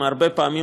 הרבה פעמים,